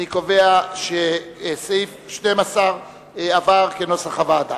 אני קובע שסעיף 12 עבר כנוסח הוועדה.